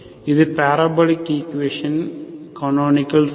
இது பாரபோலிக் ஈக்குவேஷனின் canonical form